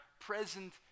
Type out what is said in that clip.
present